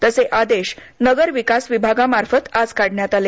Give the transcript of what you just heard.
तसे आदेश नगर विकास विभागामार्फत आज काढण्यात आले